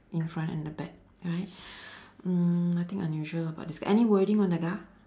in front and the back right mm nothing unusual about this any wording on the car